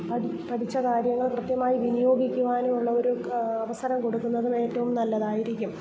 പഠി പഠിച്ച കാര്യങ്ങൾ കൃത്യമായി വിനിയോഗിക്കുവാനും ഉള്ള ഒരു അവസരം കൊടുക്കുന്നതും ഏറ്റവും നല്ലതായിരിക്കും